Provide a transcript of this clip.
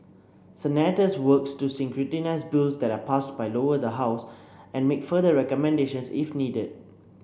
senators work to scrutinise bills that are passed by the Lower House and make further recommendations if needed